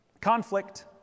conflict